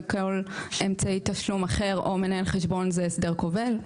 לכל אמצעי תשלום אחר או מנהל חשבון זה הסדר כובל.